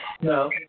No